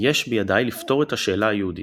"יש בידי לפתור את השאלה היהודית.